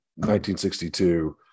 1962